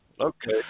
okay